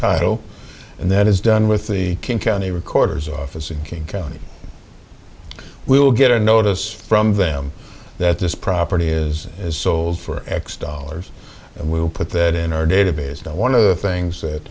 title and then is done with the king county recorder's office in king county we will get a notice from them that this property is sold for x dollars and we will put that in our database to one of the things that